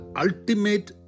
ultimate